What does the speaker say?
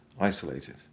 isolated